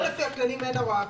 לא לפי הכללים של ההוראה.